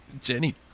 Jenny